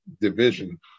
division